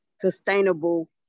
sustainable